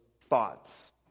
thoughts